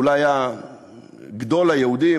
שאולי היה גדול היהודים,